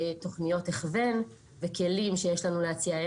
תוכניות הכוון וכלים שיש לנו להציע,